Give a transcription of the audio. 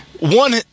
one